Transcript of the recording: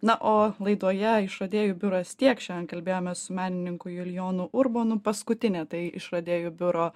na o laidoje išradėjų biuras tiek šiandien kalbėjomės su menininku julijonu urbonu paskutinė tai išradėjų biuro